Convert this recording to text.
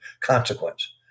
consequence